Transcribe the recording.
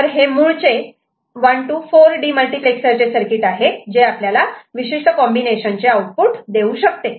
तर हे मूळचे 1 to 4 डीमल्टिप्लेक्सरचे सर्किट आहे जे आपल्याला विशिष्ट कॉम्बिनेशन चे आउटपुट देऊ शकते